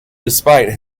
despite